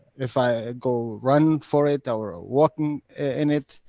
if i ah go run for it ah or ah walking in it,